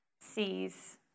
sees